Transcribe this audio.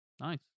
Nice